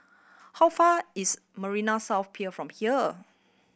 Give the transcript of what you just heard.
how far is Marina South Pier from here